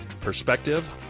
perspective